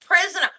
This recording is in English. prisoner